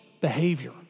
behavior